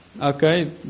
Okay